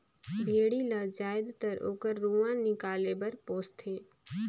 भेड़ी ल जायदतर ओकर रूआ निकाले बर पोस थें